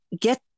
get